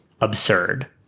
absurd